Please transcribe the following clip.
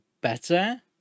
Better